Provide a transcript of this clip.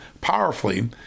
powerfully